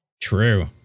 True